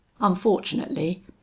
Unfortunately